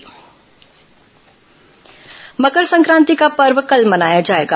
मकर संक्रांति मकर संक्रान्ति का पर्व कल मनाया जाएगा